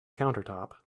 countertop